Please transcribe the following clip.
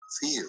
feel